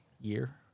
year